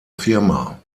firma